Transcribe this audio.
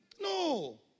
No